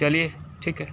चलिए ठीक है